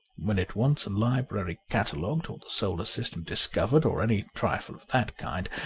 when it wants a library catalogued, or the solar system discovered, or any trifle of that kind,